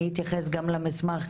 אני אתייחס גם למסמך,